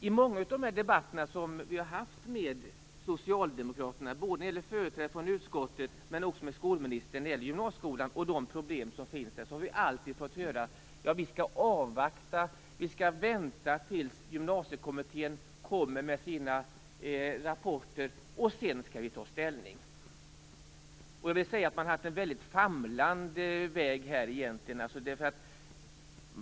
I många av de debatter som vi har haft med socialdemokraterna, både företrädare från utskottet och skolministern, som har gällt gymnasieskolan och de problem som finns där har vi alltid fått höra: Vi skall avvakta tills dess att Gymnasiekommittén kommer med sina rapporter, och sedan skall vi ta ställning. Jag tycker att man har famlat sig fram här.